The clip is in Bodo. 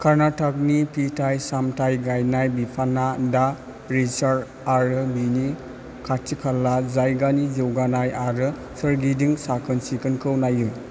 कर्नाटकनि फिथाइ सामथाइ गायनाय बिफानआ दा रिसॉर्ट आरो बिनि खाथिखाला जायगानि जौगानाय आरो सोरगिदिं साखोन सिखोनखौ नायो